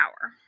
power